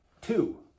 two